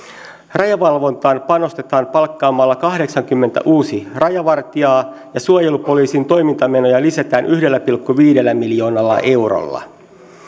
rajavalvontaan panostetaan palkkaamalla kahdeksankymmentä uutta rajavartijaa ja suojelupoliisin toimintamenoja lisätään yhdellä pilkku viidellä miljoonalla eurolla